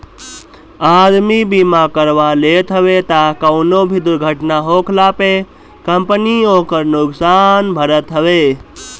आदमी बीमा करवा लेत हवे तअ कवनो भी दुर्घटना होखला पे कंपनी ओकर नुकसान भरत हवे